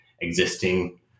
existing